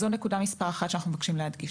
זו נקודה מספר אחת שאנחנו מבקשים להדגיש.